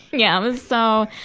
yeah. it was so,